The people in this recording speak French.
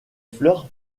fleurs